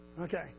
Okay